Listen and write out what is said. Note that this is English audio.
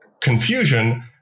confusion